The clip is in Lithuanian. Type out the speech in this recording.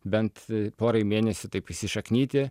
bent porai mėnesių taip įsišaknyti